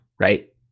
right